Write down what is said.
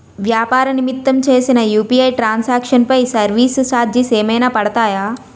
వ్యాపార నిమిత్తం చేసిన యు.పి.ఐ ట్రాన్ సాంక్షన్ పై సర్వీస్ చార్జెస్ ఏమైనా పడతాయా?